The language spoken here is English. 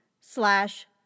slash